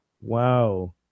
wow